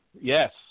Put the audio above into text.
Yes